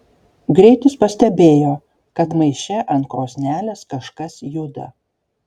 greit jis pastebėjo kad maiše ant krosnelės kažkas juda